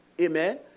Amen